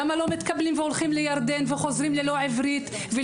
הם לא מתקבלים וצריכים ללכת לירדן וחוזרים ללא עברית.